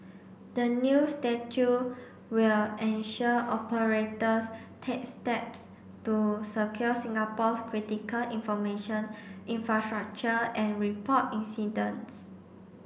the new statute will ensure operators take steps to secure Singapore's critical information infrastructure and report incidents